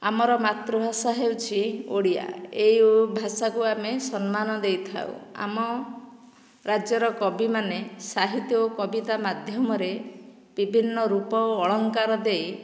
ଆମର ମାତୃଭାଷା ହେଉଛି ଓଡ଼ିଆ ଏଇ ଭାଷାକୁ ଆମେ ସମ୍ମାନ ଦେଇଥାଉ ଆମ ରାଜ୍ୟର କବିମାନେ ସାହିତ୍ୟ ଓ କବିତା ମାଧ୍ୟମରେ ବିଭିନ୍ନ ରୂପ ଓ ଅଳଙ୍କାର ଦେଇ